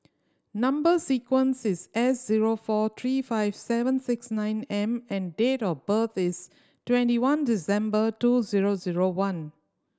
number sequence is S zero four three five seven six nine M and date of birth is twenty one December two zero zero one